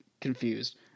confused